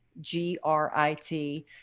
G-R-I-T